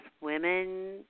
women